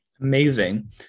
Amazing